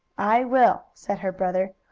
i will, said her brother.